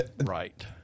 Right